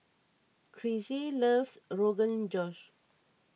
Crissie loves Rogan Josh